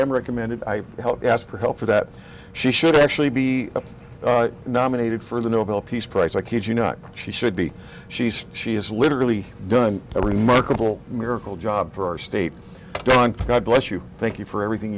am recommended i help ask for help for that she should actually be nominated for the nobel peace price i kid you not she should be she says she is literally done a remarkable miracle job for our state god bless you thank you for everything